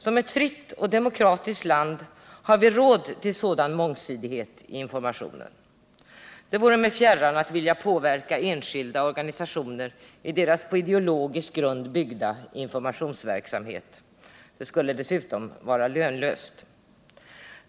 Som ett fritt och demokratiskt land har vi råd till mångsidighet i informationen. Det vore mig fjärran att vilja påverka enskilda organisationer i deras på ideologisk grund byggda informationsverksamhet. Det skulle dessutom vara lönlöst.